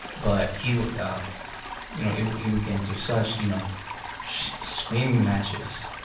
but he would you know he would get into such you know screaming matches.